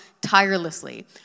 tirelessly